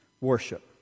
worship